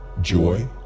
Joy